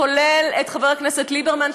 כולל את חבר הכנסת ליברמן,